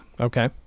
Okay